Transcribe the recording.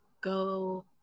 go